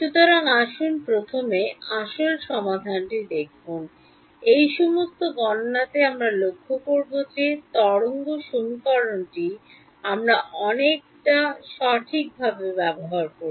সুতরাং আসুন প্রথমে আসল সমাধানটি দেখুন এই সমস্ত গণনাতে আমরা লক্ষ্য করব যে তরঙ্গ সমীকরণটি আমরা অনেকটা সঠিকভাবে ব্যবহার করি